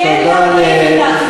כן ל-40 מנדטים.